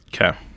Okay